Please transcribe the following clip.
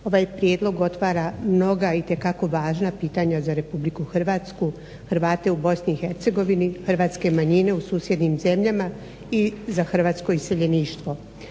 ovaj prijedlog otvara mnoga itekako važna pitanja za Republiku Hrvatsku, Hrvate u Bosni i Hercegovini, hrvatske manjine u susjednim zemljama i za hrvatsko iseljeništvo.